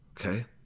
okay